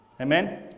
Amen